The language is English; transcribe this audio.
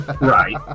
Right